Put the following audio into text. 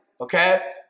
okay